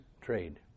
trade